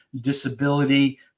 disability